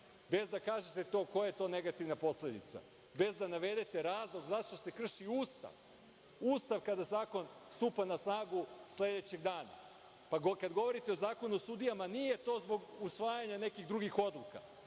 Bez da kažete to koja je to negativna posledica. Bez da navedete razlog zašto se krši Ustav kada zakon stupa na snagu sledećeg dana. Pa, kad govorite o zakonu o sudijama, nije to zbog usvajanja nekih drugih odluka,